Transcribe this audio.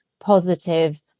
positive